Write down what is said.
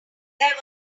there